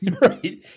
Right